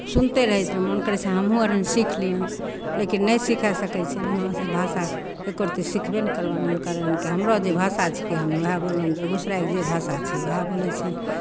सुनिते रहै छै मोन करै छै हमहूँ अर सीख लियै लेकिन नहि सिखाय सकै छियनि हमरा सभ भाषा एक्को रत्ती सिखबे नहि करबनि हुनकर एहन के भाषा हमरो जे भाषा छिकै हमरा बोलयमे बेगूसरायके जे भाषा छै उएह बोलै छियनि